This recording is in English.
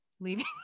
Leaving